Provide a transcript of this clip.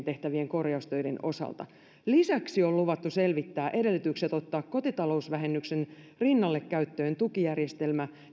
tehtävien korjaustöiden osalta lisäksi on luvattu selvittää edellytykset ottaa kotitalousvähennyksen rinnalle käyttöön tukijärjestelmä